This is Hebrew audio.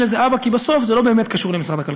אין לזה אבא כי בסוף זה לא באמת קשור למשרד הכלכלה.